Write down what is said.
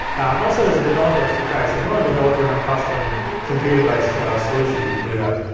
and also, there's a developer sdk, so if you wanna develop your own custom computer-based solutions, you can do that.